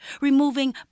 removing